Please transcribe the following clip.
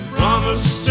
Promise